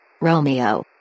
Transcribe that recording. Romeo